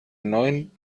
neuen